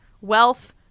wealth